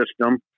system